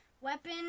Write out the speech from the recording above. weapon